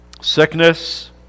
sickness